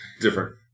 Different